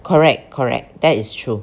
correct correct that is true